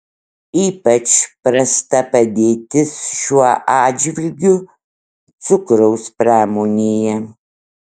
ypač prasta padėtis šiuo atžvilgiu cukraus pramonėje